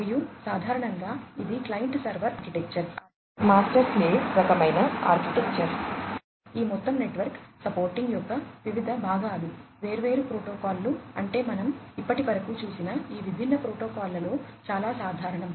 మరియు సాధారణంగా ఇది client server architecture master slave రకమైన ఆర్కిటెక్చర్ ఈ మొత్తం నెట్వర్క్ సపోర్టింగ్ యొక్క వివిధ భాగాలు వేర్వేరు ప్రోటోకాల్లు అంటే మనం ఇప్పటివరకు చుసిన ఈ విభిన్న ప్రోటోకాల్లలో చాలా సాధారణం